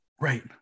Right